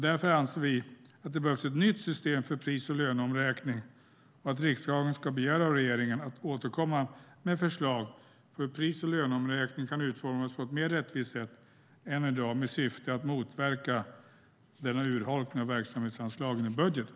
Därför anser vi att det behövs ett nytt system för pris och löneomräkningen och att riksdagen ska begära att regeringen ska återkomma med förslag på hur pris och löneomräkningen kan utformas på ett mer rättvist sätt än i dag med syfte att motverka denna urholkning av verksamhetsanslagen i budgeten.